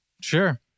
Sure